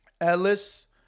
Ellis